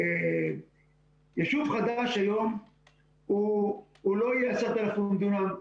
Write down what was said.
יישוב חדש היום הוא לא יהיה 10,000 דונם,